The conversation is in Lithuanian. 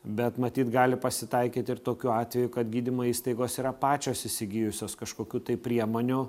bet matyt gali pasitaikyt ir tokių atvejų kad gydymo įstaigos yra pačios įsigijusios kažkokių tai priemonių